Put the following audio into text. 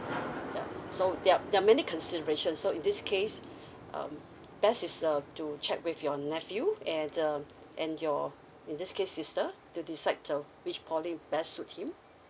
right so yup that many consideration so in this case um best is to check with your nephew and um and your in this case sister to decide uh which poly best suit him